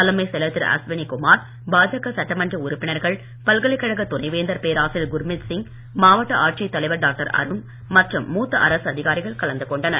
தலைமைச் செயலர் திரு அஸ்வினி குமார் பாஜக சட்டமன்ற உறுப்பினர்கள் பல்கலைக்கழக துணை வேந்தர் பேராசிரியர் குர்மித் சிங் மாவட்ட ஆட்சித் தலைவர் டாக்டர் அருண் மற்றும் மூத்த அரசு அதிகாரிகள் கலந்து கொண்டனர்